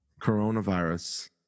Coronavirus